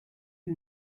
you